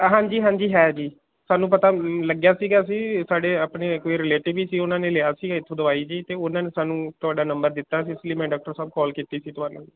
ਹਾਂਜੀ ਹਾਂਜੀ ਹੈ ਜੀ ਸਾਨੂੰ ਪਤਾ ਲੱਗਿਆ ਸੀਗਾ ਜੀ ਸਾਡੇ ਆਪਣੇ ਕੋਈ ਰਿਲੇਟਿਵ ਹੀ ਸੀ ਉਹਨਾਂ ਨੇ ਲਿਆ ਸੀ ਇੱਥੋਂ ਦਵਾਈ ਜੀ ਅਤੇ ਉਹਨਾਂ ਨੇ ਸਾਨੂੰ ਤੁਹਾਡਾ ਨੰਬਰ ਦਿੱਤਾ ਸੀ ਇਸ ਲਈ ਮੈਂ ਡਾਕਟਰ ਸਾਹਿਬ ਕਾਲ ਕੀਤੀ ਸੀ ਤੁਹਾਨੂੰ